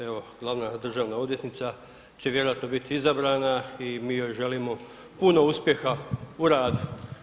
Evo glavna državna odvjetnica će vjerojatno biti izabrana i mi joj želimo puno uspjeha u radu.